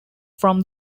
from